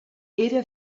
era